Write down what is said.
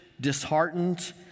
disheartened